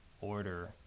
order